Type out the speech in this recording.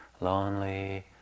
lonely